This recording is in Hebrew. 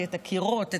את הקירות,